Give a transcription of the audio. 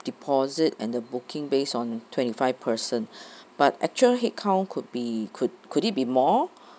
deposit and the booking based on twenty five person but actual headcount could be could could it be more